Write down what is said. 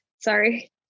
sorry